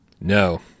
no